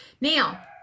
Now